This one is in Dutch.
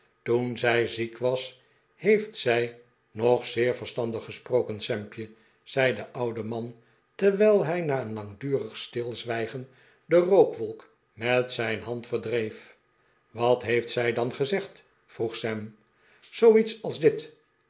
toen zij ziek was heeft zij nog zeer verstandig gesproken sampje zei de oude man terwijl hij na een langdurig stilzwijgen de rookwolk met zijn hand verdreef wat heeft zij dan gezegd vroeg sam zooiets als dit